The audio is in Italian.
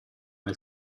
nel